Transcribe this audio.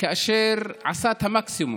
כאשר עשה את המקסימום,